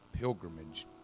pilgrimage